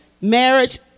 Marriage